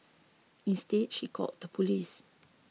instead she called the police